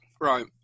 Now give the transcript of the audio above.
right